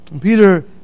Peter